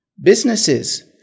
Businesses